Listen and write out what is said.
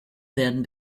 werden